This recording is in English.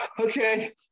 okay